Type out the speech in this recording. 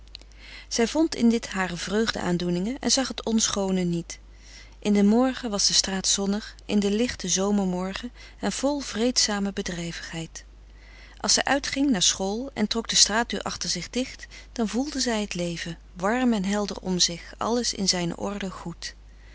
zij vond in dit hare vreugde aandoeningen en zag het onschoone niet in den morgen was de straat zonnig in den lichten zomermorgen en vol vreedzame bedrijvigheid als zij uitging naar school en trok de straatdeur achter zich dicht dan voelde zij het leven frederik van eeden van de koele meren des doods warm en helder om zich alles in zijne orde goed